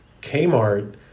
Kmart